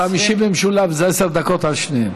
אתה משיב במשולב, זה עשר דקות על שתיהן.